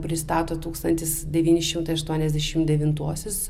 pristato tūkstantis devyni šimtai aštuoniasdešimt devintuosius